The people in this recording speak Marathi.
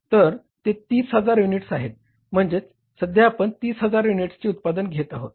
तर ते 30000 युनिट्स आहेत म्हणजे सध्या आपण 30000 युनिट्सचे उत्पादन घेत आहोत